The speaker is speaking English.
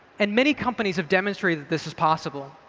and many companies have demonstrated that this is possible.